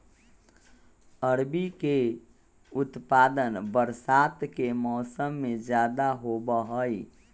अरबी के उत्पादन बरसात के मौसम में ज्यादा होबा हई